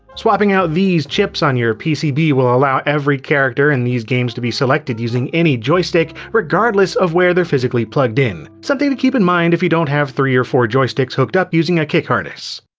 swapping out these chips on your pcb will allow every character in these games to be selected using any joystick, regardless of where they're physically plugged in. something to keep in mind if you don't have three or four joysticks hooked up using a kick harness.